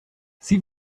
sie